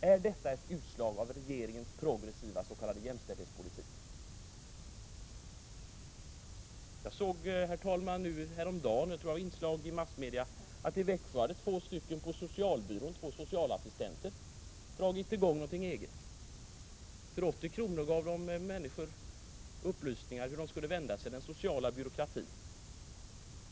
Är detta ett utslag av regeringens progressiva s.k. jämställdhetspolitik? Häromdagen, herr talman, såg jag i massmedia att två socialassistenter på socialbyrån i Växjö dragit i gång en egen verksamhet. För 80 kr. gav man människor upplysningar om vart de skulle vända sig i den sociala byråkratin.